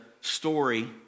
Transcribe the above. story